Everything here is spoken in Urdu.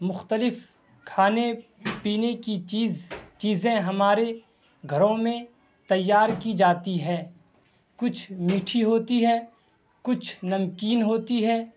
مختلف کھانے پینے کی چیز چیزیں ہمارے گھروں میں تیار کی جاتی ہے کچھ میٹھی ہوتی ہے کچھ نمکین ہوتی ہے